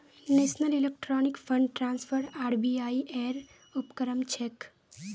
national electronic fund transfer RBI ऐर उपक्रम छेक